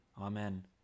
Amen